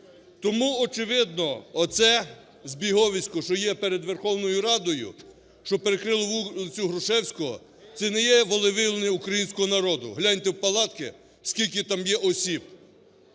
Тому, очевидно, оце збіговисько, що є перед Верховною Радою, що перекрило вулицю Грушевського, це не є волевиявлення українського народу. Гляньте в палатки, скільки там є осіб.